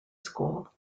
school